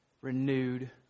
renewed